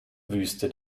wüste